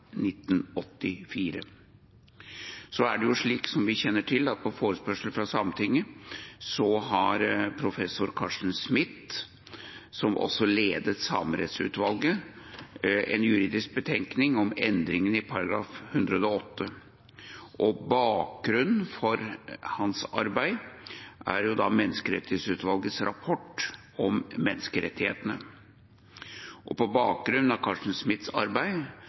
1984. Så er det slik, som vi kjenner til, at på forespørsel fra Sametinget har professor Carsten Smith, som også ledet Samerettsutvalget, lagt fram en juridisk betenkning om endringen i § 108. Bakgrunnen for hans arbeid er Menneskerettighetsutvalgets rapport om menneskerettighetene. På bakgrunn av Carsten Smiths arbeid